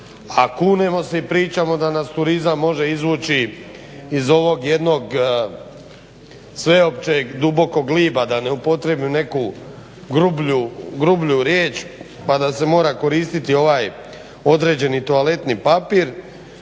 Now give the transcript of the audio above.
a kunemo se i pričamo da nas turizam može izvući iz ovog jednog sveopćeg dubokog gliba da ne upotrijebim neku grublju riječ pa da se mora koristiti ovaj određeni toaletni papir.